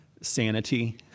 sanity